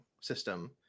system